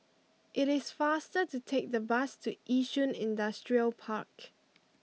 it is faster to take the bus to Yishun Industrial Park